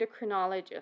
endocrinologist